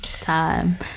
time